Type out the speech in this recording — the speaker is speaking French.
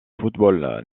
football